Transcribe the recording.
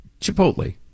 Chipotle